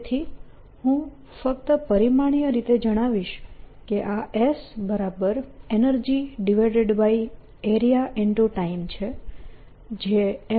તેથી હું ફક્ત પરિમાણીય રીતે જણાવીશ કે આ SEnergyArea × Time છે જે M v2L2